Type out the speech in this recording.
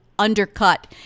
undercut